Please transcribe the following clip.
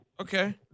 Okay